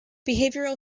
behavioral